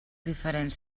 diferents